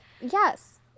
Yes